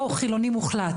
או חילוני מוחלט.